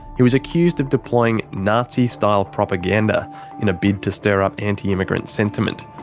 he was accused of deploying nazi-style propaganda in a bid to stir up anti-immigrant sentiment.